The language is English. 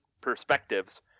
perspectives